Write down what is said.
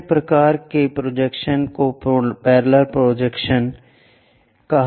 अन्य प्रकार के प्रोजेक्शन्स को पैरेलल प्रोजेक्शन्स कहा जाता है